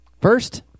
First